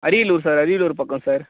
Ariyalur sir Ariyalur பக்கம் sir